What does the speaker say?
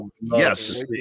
Yes